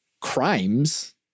crimes